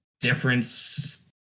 difference